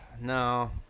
No